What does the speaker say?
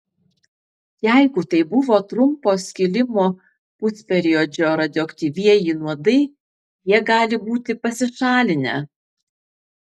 jeigu tai buvo trumpo skilimo pusperiodžio radioaktyvieji nuodai jie gali būti pasišalinę